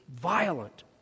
violent